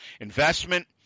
investment